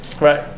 Right